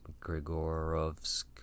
Grigorovsk